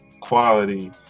quality